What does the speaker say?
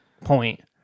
point